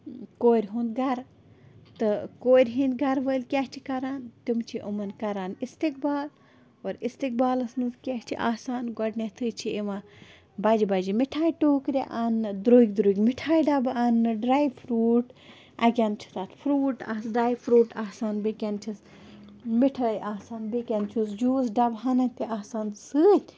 کورِ ہُنٛد گَرٕ تہٕ کورِ ہنٛدۍ گَرٕ وٲلۍ کیٛاہ چھِ کران تِم چھِ یِمَن کران اِستِقبال اور اِسِقبالَس منٛز کیٛاہ چھِ آسان گۄڈٕنٮ۪تھے چھِ یِوان بَجہٕ بَجہٕ مِٹھٲیہِ ٹوٗکرِ اَنٛنہٕ درٛوگۍ درٛوگۍ مِٹھایہِ ڈبہٕ اَنٛنہٕ ڈراے فروٗٹ اَکہِ اَنٛد چھِ تَتھ فروٗٹھ آ ڈراے فروٗٹ آسان بیٚکہِ اَنٛد چھِس مِٹھٲے آسان بیٚکہِ اَنٛد چھُس جوٗس ڈَبہٕ ہَنہ تہِ آسان سۭتۍ